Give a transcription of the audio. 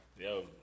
Yo